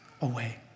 away